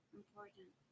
important